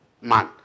Man